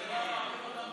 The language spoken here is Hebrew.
אדוני היושב-ראש,